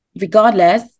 regardless